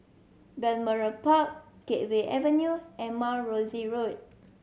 Balmoral Park Gateway Avenue and Mount Rosie Road